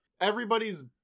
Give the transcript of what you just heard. everybody's